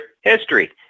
history